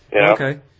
Okay